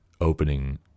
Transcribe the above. opening